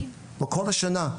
בכל השנה,